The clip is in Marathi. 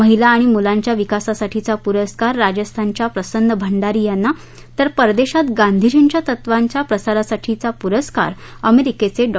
महिला आणि मुलांच्या विकासासाठीचा पुरस्कार राजस्थानच्या श्रीमती प्रसन्न भंडारी यांना तर परदेशात गांधीजींच्या तत्वांच्या प्रसारासाठीचा प्रस्कार अमेरिकेचे डॉ